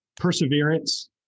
perseverance